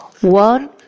One